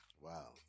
Wow